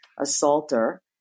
assaulter